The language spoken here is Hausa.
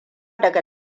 daga